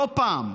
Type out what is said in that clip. לא פעם,